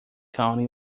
county